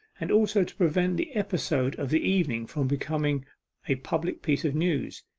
and also to prevent the episode of the evening from becoming a public piece of news.